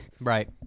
Right